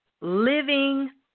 living